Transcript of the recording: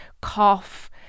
cough